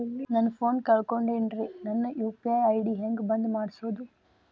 ನನ್ನ ಫೋನ್ ಕಳಕೊಂಡೆನ್ರೇ ನನ್ ಯು.ಪಿ.ಐ ಐ.ಡಿ ಹೆಂಗ್ ಬಂದ್ ಮಾಡ್ಸೋದು?